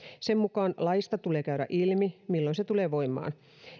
sen mukaan laista tulee käydä ilmi milloin se tulee voimaan